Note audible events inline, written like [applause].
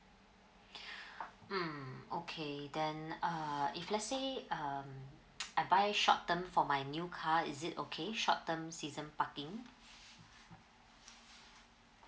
[breath] mm okay then uh if let's say um [noise] I buy short term for my new car is it okay short term season parking [breath] mm